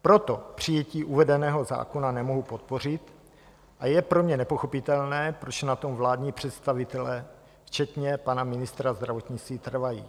Proto přijetí uvedeného zákona nemohu podpořit a je pro mě nepochopitelné, proč na tom vládní představitelé včetně pana ministra zdravotnictví trvají.